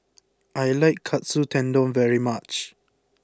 I like Katsu Tendon very much